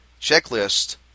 Checklist